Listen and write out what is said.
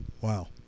Wow